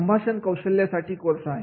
संभाषण कौशल्य साठी कोर्स आहेत